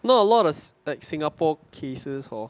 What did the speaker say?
not a lot of like singapore cases or